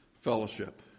fellowship